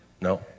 No